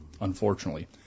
unfortunately